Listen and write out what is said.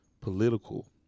political